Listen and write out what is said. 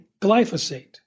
glyphosate